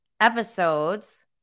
episodes